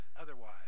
otherwise